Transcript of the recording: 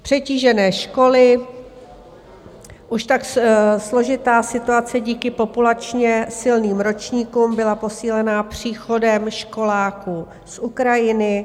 Přetížené školy: Už tak složitá situace díky populačně silným ročníkům byla posílena příchodem školáků z Ukrajiny.